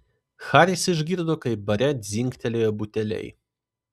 haris išgirdo kaip bare dzingtelėjo buteliai